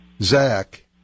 Zach